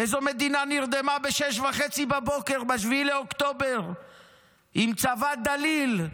איזו מדינה נרדמה ב-06:30 ב-7 באוקטובר עם צבא דליל,